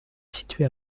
situé